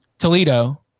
Toledo